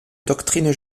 doctrine